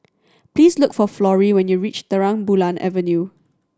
please look for Florrie when you reach Terang Bulan Avenue